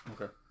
Okay